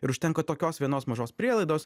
ir užtenka tokios vienos mažos prielaidos